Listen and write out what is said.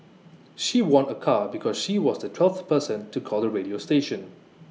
she won A car because she was the twelfth person to call the radio station